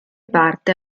parte